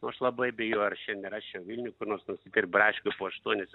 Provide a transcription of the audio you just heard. nu aš labai abejoju ar šiandien rasčiau vilniuj kur nors nusipirkt braškių po aštuonis